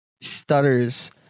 stutters